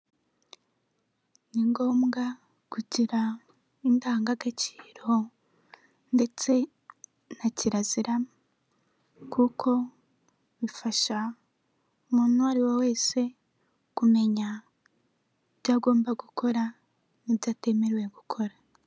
Ni ngombwa kugira indangagaciro ndetse na kirazira kuko bifasha umuntu uwo ari we wese kumenya ibyo agomba gukora n'ibyo atemerewe gukora.